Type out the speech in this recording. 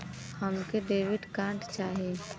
हमके debit card चाही?